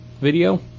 video